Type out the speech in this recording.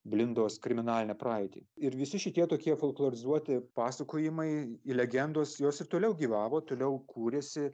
blindos kriminalinę praeitį ir visi šitie tokie folklorizuoti pasakojimai legendos jos ir toliau gyvavo toliau kūrėsi